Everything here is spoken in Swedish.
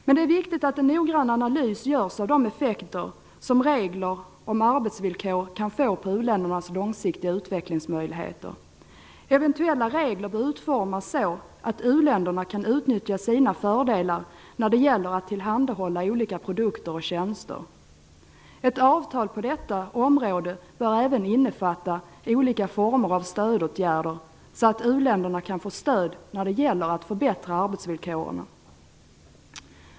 Det är viktigt att en noggrann analys görs av de effekter som regler om arbetsvillkor kan få på uländernas långsiktiga utvecklingsmöjligheter. Eventuella regler bör utformas så att u-länderna kan utnyttja sina fördelar när det gäller att tillhandahålla olika produkter och tjänster. Ett avtal på detta område bör även innefatta olika former av stödåtgärder, så att uländerna kan få stöd när det gäller att förbättra arbetsvillkoren.